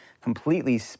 completely